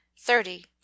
thirty